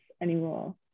anymore